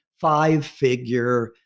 five-figure